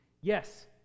yes